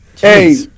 Hey